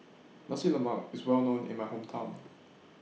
Nasi Lemak IS Well known in My Hometown